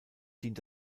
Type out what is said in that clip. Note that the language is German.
dient